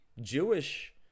Jewish